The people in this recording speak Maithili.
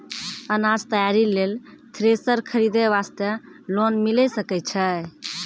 अनाज तैयारी लेल थ्रेसर खरीदे वास्ते लोन मिले सकय छै?